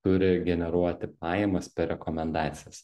turi generuoti pajamas per rekomendacijas